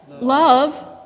Love